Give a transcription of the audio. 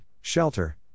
Shelter